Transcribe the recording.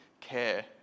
care